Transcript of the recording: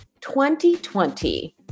2020